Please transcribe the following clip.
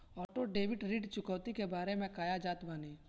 Auto debit ऋण चुकौती के बारे में कया जानत बानी?